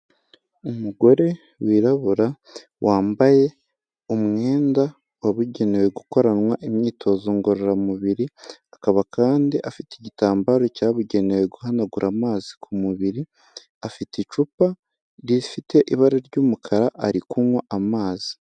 Umugore wirabura wambaye umwenda wabugenewe gukoranwa imyitozo ngororamubiri, akaba kandi afite igitambaro cyabugenewe guhanagura amazi ku mubiri, afite icupa rifite ibara ry'umukara ari kunywa amazi.